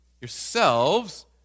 Yourselves